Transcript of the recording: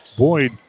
Boyd